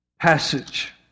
Passage